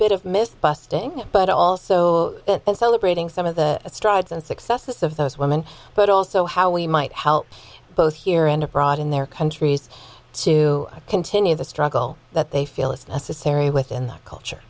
bit of myth busting but also celebrating some of the strides and successes of those women but also how we might help both here and abroad in their countries to continue the struggle that they feel is necessary within the culture